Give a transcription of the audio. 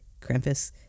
Krampus